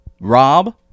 Rob